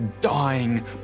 dying